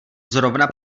zrovna